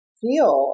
feel